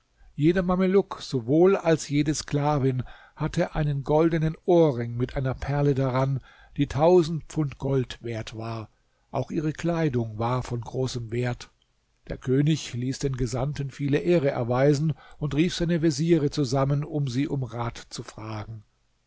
jeder mameluck sowohl als jede sklavin hatte einen goldenen ohrring mit einer perle daran die tausend pfund gold wert war auch ihre kleidung war von großem wert der könig ließ den gesandten viele ehre erweisen und rief seine veziere zusammen um sie um rat zu fragen